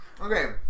Okay